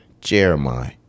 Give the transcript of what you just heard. Jeremiah